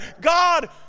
God